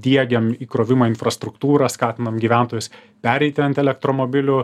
diegiam įkrovimo infrastruktūrą skatinam gyventojus pereiti ant elektromobilių